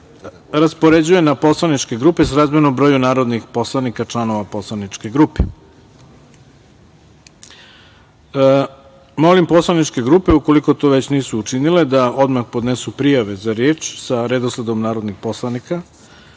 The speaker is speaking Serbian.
raspoređuje na poslaničke grupe srazmerno broju narodnih poslanika članova poslaničke grupe. Molim poslaničke grupe, ukoliko to već nisu učinile, da odmah podnesu prijave za reč sa redosledom narodnih poslanika,